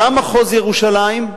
גם מחוז ירושלים,